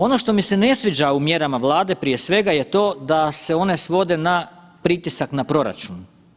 Ono što mi se ne sviđa u mjerama Vlade je prije svega to da se one svode na pritisak na proračun.